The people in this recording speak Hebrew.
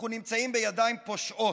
אנחנו נמצאים בידיים פושעות,